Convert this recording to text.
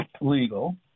legal